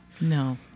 no